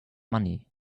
money